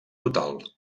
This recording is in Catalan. total